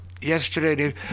yesterday